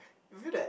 I feel that